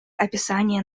описание